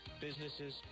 businesses